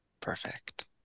perfect